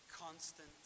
constant